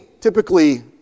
typically